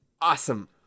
awesome